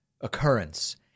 occurrence